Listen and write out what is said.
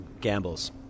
gambles